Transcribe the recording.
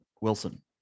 wilson